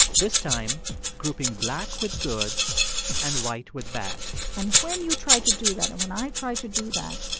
this time grouping black with good and white with bad and when you try to do that, and when i try to do that,